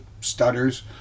stutters